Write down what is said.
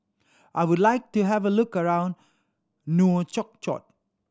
I would like to have a look around Nouakchott